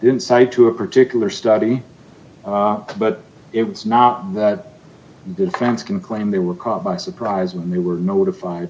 inside to a particular study but it was not that defense can claim they were caught by surprise when they were notified